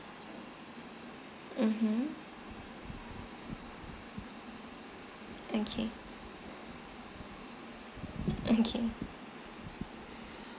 mmhmm okay okay